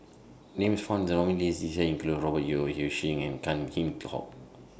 Names found in The nominees' list This Year include Robert Yeo Ng Yi Sheng and Tan Kheam Hock